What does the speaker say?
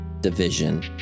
division